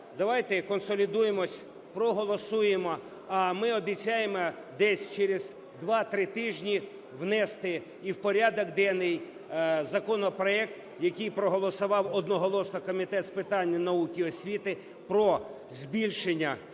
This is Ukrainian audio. давайте консолідуємось, проголосуємо. А ми обіцяємо десь через 2-3 тижні внести і в порядок денний законопроект, який проголосував одноголосно Комітет з питань науки і освіти, про збільшення,